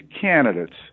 candidates